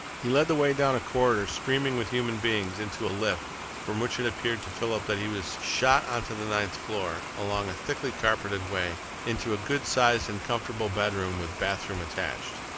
he led the way down a corridor streaming with human beings, into a lift from which it appeared to philip that he was shot on to the ninth floor, along a thickly-carpeted way into a good-sized and comfortable bedroom, with bathroom attached.